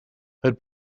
had